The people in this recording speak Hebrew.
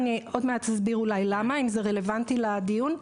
אני עוד מעט אסביר למה, אם זה רלוונטי לדיון.